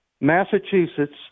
Massachusetts